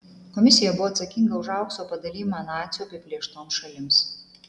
komisija buvo atsakinga už aukso padalijimą nacių apiplėštoms šalims